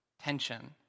tension